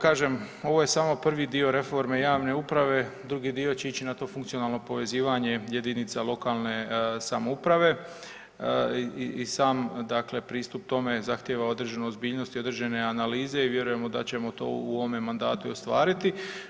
Kažem, ovo je samo prvi dio reforme javne uprave, drugi dio će ići na to funkcionalno povezivanje jedinica lokalne samouprave i sam pristup tome zahtijeva određenu ozbiljnost i određene analize i vjerujemo da ćemo u to u ovome mandatu i ostvariti.